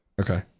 Okay